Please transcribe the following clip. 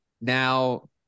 now